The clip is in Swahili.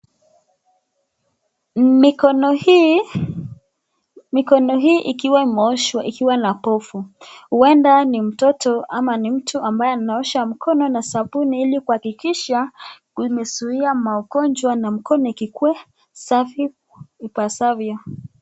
Mikono hii ikiwa imeoshwa ikiwa na pofu huenda ni mtoto ama ni mtu ambaye anaosha mkono na sabuni ili kuhakikisha amezuia magonjwa na mkono ikuwe safi ipasavyo.